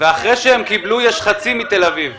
--- ואחרי שהם קיבלו, יש חצי ממה שיש בתל אביב.